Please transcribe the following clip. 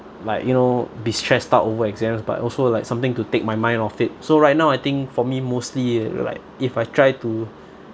like you know be stressed out over exams but also like something to take my mind off it so right now I think for me mostly like if I try to